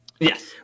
Yes